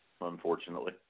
Unfortunately